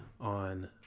on